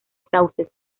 sauces